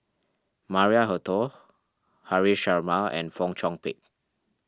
Maria Hertogh Haresh Sharma and Fong Chong Pik